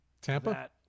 Tampa